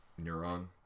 neuron